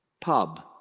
pub